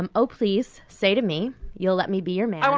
um oh, please say to me you'll let me be your man